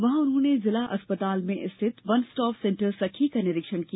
वहां उन्होंने जिला चिकित्सालय स्थित वन स्टाप सेंटर सखी का निरीक्षण किया